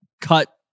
cut